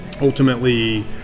ultimately